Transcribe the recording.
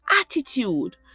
attitude